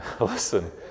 Listen